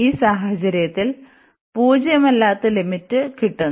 ഈ സാഹചര്യത്തിൽ പൂജ്യമല്ലാത്ത ലിമിറ്റ് കിട്ടുന്നു